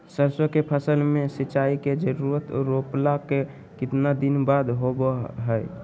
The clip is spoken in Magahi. सरसों के फसल में सिंचाई के जरूरत रोपला के कितना दिन बाद होबो हय?